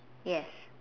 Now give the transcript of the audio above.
yes